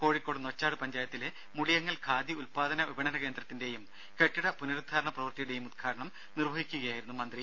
കോഴിക്കോട് നൊച്ചാട് പഞ്ചായത്തിലെ മുളിയങ്ങൽ ഖാദി ഉത്പ്പാദന വിപണന കേന്ദ്രത്തിന്റെയും കെട്ടിട പുനരുദ്ധാരണ പ്രവൃത്തിയുടേയും ഉദ്ഘാടനം നിർവഹിച്ചു സംസാരിക്കുകയായിരുന്നു മന്ത്രി